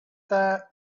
that